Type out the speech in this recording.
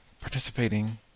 participating